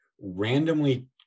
randomly